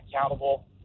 accountable